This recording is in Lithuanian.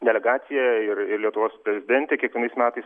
delegacija ir ir lietuvos prezidentė kiekvienais metais